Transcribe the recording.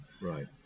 Right